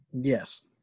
Yes